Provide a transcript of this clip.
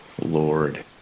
Lord